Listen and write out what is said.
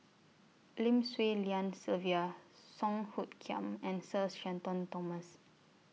Lim Swee Lian Sylvia Song Hoot Kiam and Sir Shenton Thomas